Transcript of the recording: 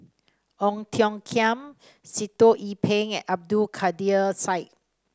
Ong Tiong Khiam Sitoh Yih Pin and Abdul Kadir Syed